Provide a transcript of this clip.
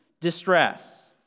distress